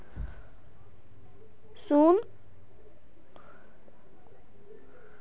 सोनू तोक ऑर्पिंगटन मुर्गीर बा र पता छोक